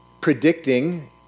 predicting